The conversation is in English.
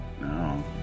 No